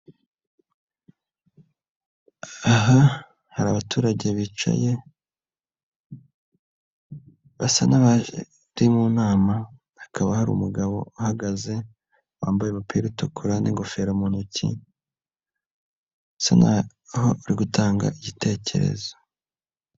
Aha hari abaturage bicaye basa n'abari mu nama, hakaba hari umugabo uhagaze wambaye umupira utukura n'ingofero mu ntoki, asa nk'aho ari gutanga igitekerezo.